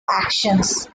actions